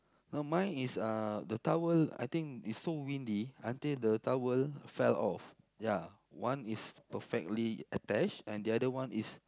no mine is uh the towel I think is so windy until the towel fell off ya one is perfectly attached and the other one is